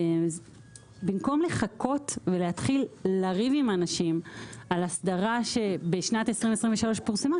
במקום לחכות ולהתחיל לריב עם אנשים על אסדרה שבשנת 2023 פורסמה,